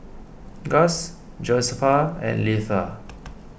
Guss Josefa and Litha